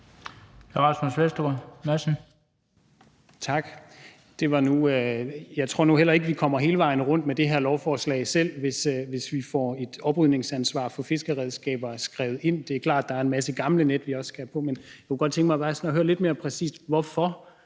Jeg tror nu heller ikke, vi kommer hele vejen rundt med det her lovforslag, selv hvis vi får et oprydningsansvar for fiskeredskaber skrevet ind. Det er klart, at der er en masse gamle net, vi også skal have på. Men jeg kunne godt tænke mig at høre lidt mere præcist, hvorfor